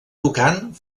tocant